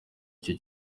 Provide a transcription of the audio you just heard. icyo